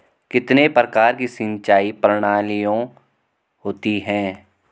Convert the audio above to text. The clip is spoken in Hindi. कितने प्रकार की सिंचाई प्रणालियों होती हैं?